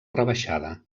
rebaixada